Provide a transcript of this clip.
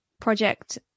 project